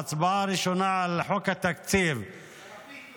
בהצבעה הראשונה על חוק התקציב -- על הפיתות.